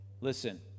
Listen